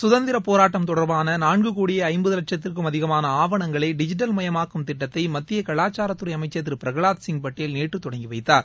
சுதந்திர போராட்டம் தொடர்பான நான்கு கோடியே ஐம்பது லட்சத்திற்கும் அதிமான ஆவணங்களை டிஜிட்டல் மயமாக்கும் திட்டத்தை மத்திய கவாச்சாரத்துறை அமைச்சர் திரு பிரகலாத் சிங் பட்டேல் நேற்று தொடங்கி வைத்தார்